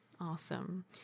Awesome